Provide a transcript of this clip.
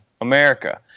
America